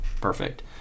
Perfect